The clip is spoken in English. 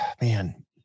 man